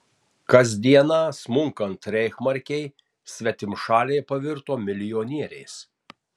kasdieną smunkant reichsmarkei svetimšaliai pavirto milijonieriais